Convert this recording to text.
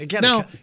Now